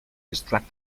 distract